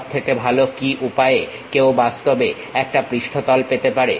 সবথেকে ভালো কি উপায়ে কেউ বাস্তবে একটা পৃষ্ঠতল পেতে পারে